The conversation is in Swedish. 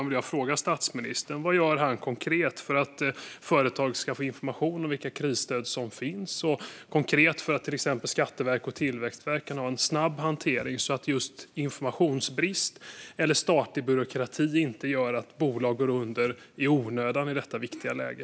Vad gör statsministern konkret för att företag ska få information om vilka krisstöd som finns och för att Skatteverket och Tillväxtverket ska få en snabb hantering så att just informationsbrist eller statlig byråkrati inte gör att bolag går under i onödan i detta viktiga läge?